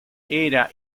era